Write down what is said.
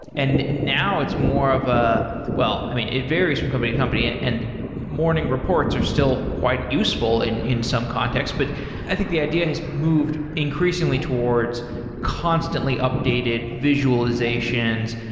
and now it's more of a well, i mean, it varies from company to company and and morning reports are still quite useful in in some context, but i think the idea has moved increasingly towards constantly updated visualizations,